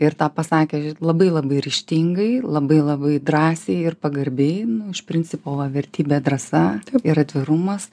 ir tą pasakė labai labai ryžtingai labai labai drąsiai ir pagarbiai iš principo va vertybė drąsa ir atvirumas